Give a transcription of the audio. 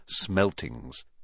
Smeltings